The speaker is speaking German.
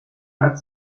hat